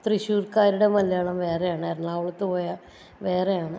തൃശൂർക്കാരുടെ മലയാളം വേറെ ആണ് എറണാകുളത്തു പോയാൽ വേറെ ആണ്